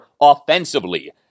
offensively